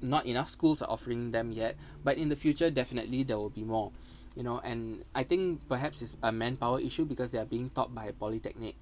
not enough schools are offering them yet but in the future definitely there will be more you know and I think perhaps it's a manpower issue because they are being taught by polytechnic